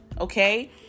okay